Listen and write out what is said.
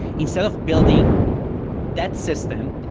instead of building that system,